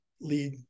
lead